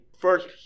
first